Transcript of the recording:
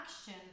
action